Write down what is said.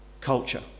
culture